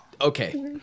okay